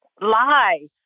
lie